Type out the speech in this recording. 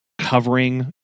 covering